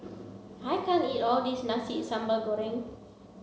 I can't eat all this Nasi sambal Goreng